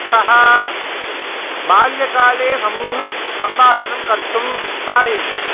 सः बाल्यकाले सम्यक् सम्भाषणं कर्तुं पाठयति